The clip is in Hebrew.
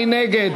מי נגד?